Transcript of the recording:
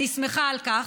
אני שמחה על כך,